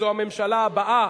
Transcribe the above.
זו הממשלה הבאה,